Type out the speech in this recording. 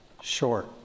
short